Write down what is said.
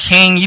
King